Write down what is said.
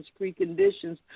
preconditions